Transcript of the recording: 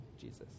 Jesus